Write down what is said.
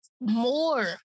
more